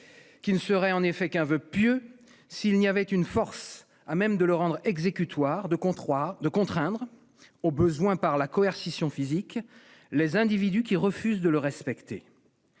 lequel ne serait qu'un voeu pieux s'il n'y avait une force à même de le rendre exécutoire, de contraindre, au besoin par la coercition physique, les individus qui refusent de le respecter.